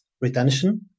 retention